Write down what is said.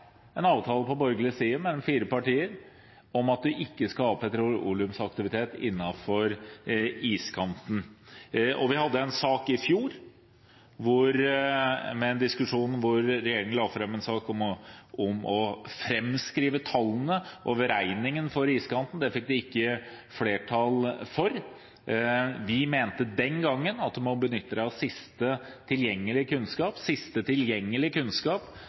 hadde en sak i fjor med en diskusjon der regjeringen la fram en sak om å framskrive tallene og beregningen for iskanten. Det fikk de ikke flertall for. Vi mente den gangen at man må benytte seg av sist tilgjengelige kunnskap, og sist tilgjengelige kunnskap